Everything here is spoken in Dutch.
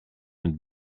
het